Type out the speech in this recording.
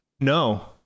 No